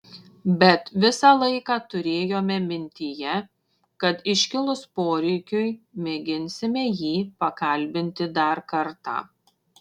bet visą laiką turėjome mintyje kad iškilus poreikiui mėginsime jį pakalbinti dar kartą